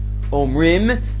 Omrim